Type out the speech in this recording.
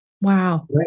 Wow